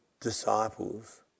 disciples